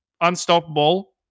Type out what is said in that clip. unstoppable